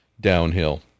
downhill